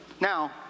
Now